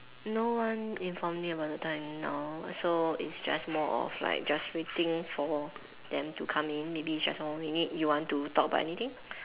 no one informed about the time no so it's just more of like just waiting for them to come in may be just one more minute you want to talk about anything